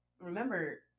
remember